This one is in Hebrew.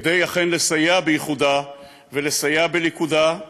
כדי, אכן, לסייע באיחודה ולסייע בליכודה,